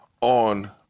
on